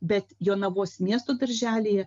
bet jonavos miesto darželyje